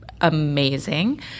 amazing